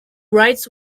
writes